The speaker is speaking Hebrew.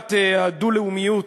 לשאלת הדו-לאומיות,